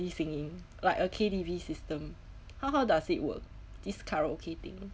singing like a K_T_V system how how does it work this karaoke thing